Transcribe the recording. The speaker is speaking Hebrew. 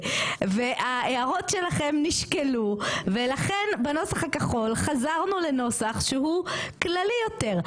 וההערות שלכם נשקלו ולכן בנוסח הכחול חזרנו לנוסח שהוא כללי יותר,